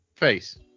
face